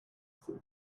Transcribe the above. that